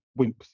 wimps